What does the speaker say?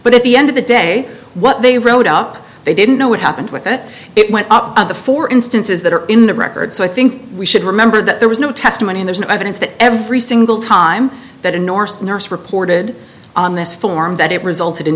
but at the end of the day what they wrote up they didn't know what happened with it it went up the four instances that are in the record so i think we should remember that there was no testimony in there's no evidence that every single time that enormous nurse reported on this form that it resulted in